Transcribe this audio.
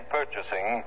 purchasing